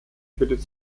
tötet